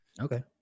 Okay